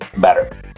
better